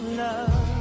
love